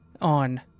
on